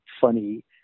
funny